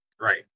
Right